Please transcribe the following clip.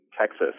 Texas